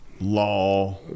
Law